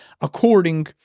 According